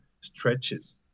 stretches